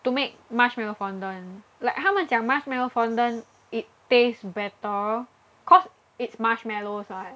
to make marshmallow fondant like 他们讲 marshmallow fondant it taste better cause it's marshmallows [what]